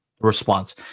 response